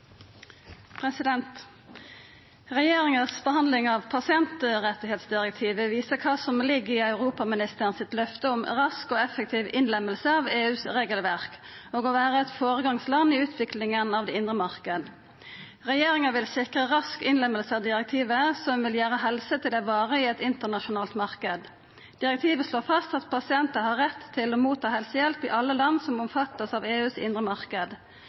Regjeringas behandling av pasientrettsdirektivet viser kva som ligg i europaministeren sitt løfte om rask og effektiv innlemming av EUs regelverk og om å vera eit føregangsland i utviklinga av den indre marknaden. Regjeringa vil sikra rask innlemming av direktivet som vil gjera helse til ei vare i ein internasjonal marknad. Direktivet slår fast at pasientar har rett til å få helsehjelp i alle land som er omfatta av EUs indre